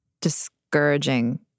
discouraging